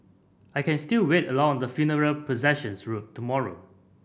I can still wait along the funeral processions route tomorrow